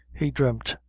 he dreamt,